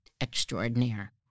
extraordinaire